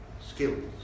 skills